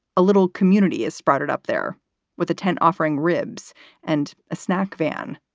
a little community has sprouted up there with a tent offering ribs and a snack van.